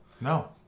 No